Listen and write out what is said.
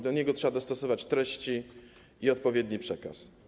Do tego trzeba dostosować treści i odpowiedni przekaz.